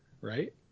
right